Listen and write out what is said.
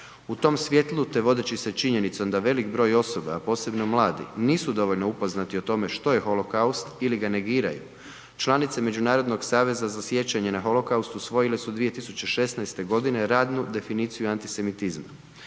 U tom svijetlu te vodeći se činjenicom da velik broj osoba, a posebno mladi nisu dovoljno upoznati o tome što je holokaust ili ga negiraju članice Međunarodnog saveza za sjećanje na holokaust usvojile su 2016. radnu definiciju antisemitizma.